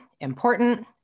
important